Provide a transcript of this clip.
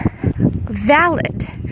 valid